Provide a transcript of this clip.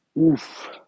Oof